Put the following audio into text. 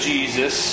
Jesus